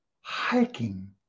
hiking